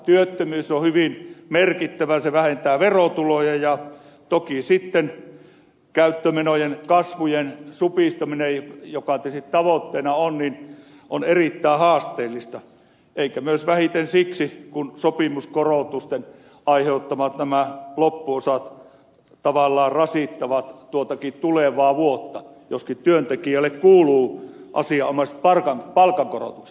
työttömyys on hyvin merkittävä se vähentää verotuloja ja toki sitten käyttömenojen kasvun supistaminen joka tietysti tavoitteena on on erittäin haasteellista eikä vähiten siksi että sopimuskorotusten aiheuttamat loppuosat tavallaan rasittavat tuotakin tulevaa vuotta joskin työntekijöille kuuluvat asianomaiset palkankorotukset